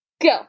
go